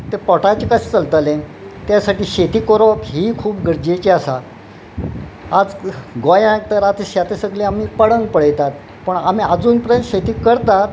ते पोटाचें कशें चलताले त्या साठी शेती कोरोप ही खूब गरजेची आसा आज गोंयाक तर आतां शेत सगलें आमी पडंग पळयतात पूण आमी आजून पर्यंत शेती करतात